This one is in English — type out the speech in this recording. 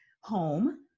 home